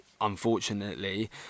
unfortunately